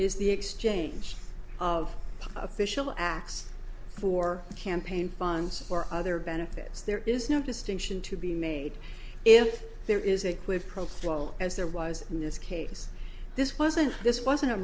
is the exchange of official acts for campaign funds or other benefits there is no distinction to be made if there is a quid pro quo as there was in this case this wasn't this wasn't a